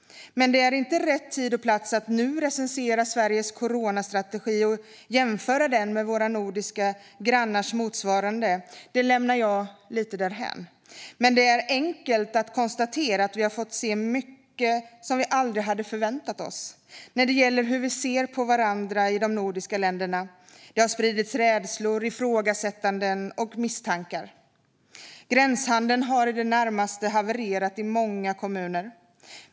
Men det är inte rätt tid och plats att nu recensera Sveriges coronastrategi och jämföra den med våra nordiska grannars. Det lämnar jag lite därhän. Men det är enkelt att konstatera att vi har fått se mycket som vi aldrig hade förväntat oss när det gäller hur vi ser på varandra i de nordiska länderna. Det har spridits rädslor, ifrågasättanden och misstankar. Gränshandeln har i det närmaste havererat i många kommuner.